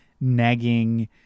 nagging